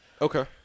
Okay